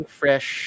fresh